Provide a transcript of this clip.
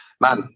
man